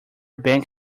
bank